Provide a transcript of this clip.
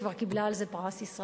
היא כבר קיבלה על זה את פרס ישראל.